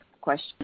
question